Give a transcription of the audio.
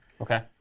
Okay